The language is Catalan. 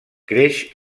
creix